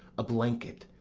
a blanket,